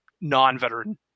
non-veteran